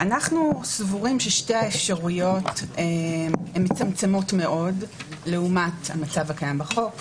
אנחנו סבורים ששתי האפשרויות מצמצמות מאוד לעומת המצב הקיים בחוק,